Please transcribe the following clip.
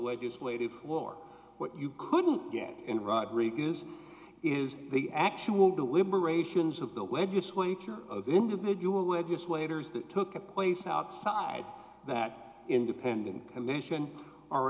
legislative war what you couldn't get in rodriguez is the actual deliberations of the web disclosure of individual legislators that took place outside that independent commission